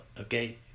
okay